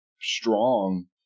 strong